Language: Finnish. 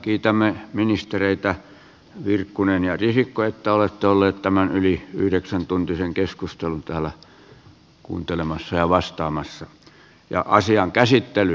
kiitämme ministereitä virkkunen ja risikko että olette olleet tämän yli yhdeksäntuntisen keskustelun ajan täällä kuuntelemassa ja vastaamassa ja asian käsittely